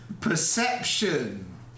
Perception